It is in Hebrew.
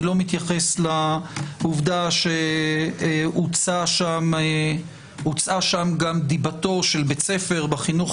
איני מתייחס לעובדה שהוצאה שם גם דיבתו של בית ספר בחינוך